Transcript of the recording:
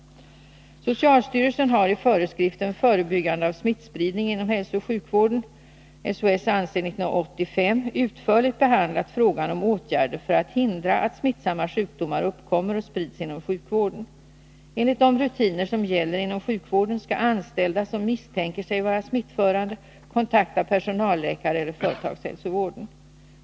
Socialstyrelsen har i skriften Förebyggande av smittspridning inom hälsooch sjukvården utförligt behandlat frågan om åtgärder för att hindra att smittsamma sjukdomar uppkommer och sprids inom sjukvården. Enligt de rutiner som gäller inom sjukvården skall anställda som misstänker sig vara smittförande kontakta personalläkare eller företagshälsovården.